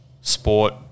sport